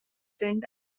stint